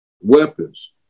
weapons